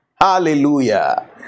Hallelujah